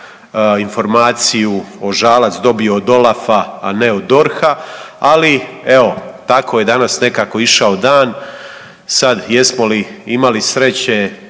informaciju o Žalac dobio od OLAF-a a ne od DORH-a, ali evo tako je danas nekako išao dan. Sad jesmo li imali sreće,